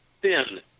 thin